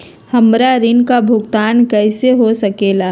हमरा ऋण का भुगतान कैसे हो सके ला?